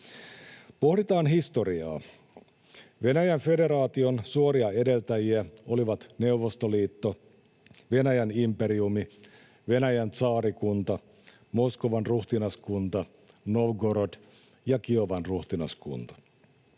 Pohditaan historiaa: Venäjän federaation suoria edeltäjiä olivat Neuvostoliitto, Venäjän imperiumi, Venäjän tsaarikunta, Moskovan ruhtinaskunta, Novgorod ja Kiovan ruhtinaskunta.